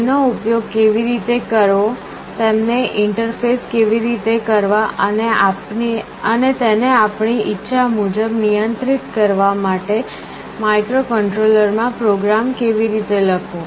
તેમનો ઉપયોગ કેવી રીતે કરવો તેમને ઇન્ટરફેસ કેવી રીતે કરવા અને તેને આપણી ઇચ્છા મુજબ નિયંત્રિત કરવા માટે માઇક્રોકન્ટ્રોલરમાં પ્રોગ્રામ કેવી રીતે લખવો